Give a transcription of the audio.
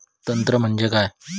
तंत्र म्हणजे काय असा?